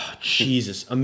Jesus